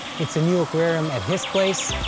it's a new aquarium at his place.